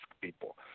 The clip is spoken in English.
people